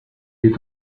est